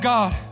God